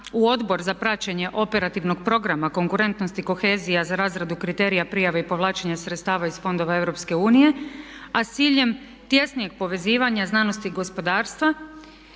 u Odbor za praćenje operativnog programa konkurentnosti kohezija za razradu kriterija prijave i povlačenje sredstava iz fondova EU, a s ciljem tješnjeg povezivanja znanosti i gospodarstva